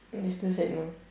and he still said no